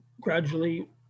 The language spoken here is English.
gradually